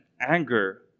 anger